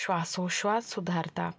श्वासोश्वास सुदारता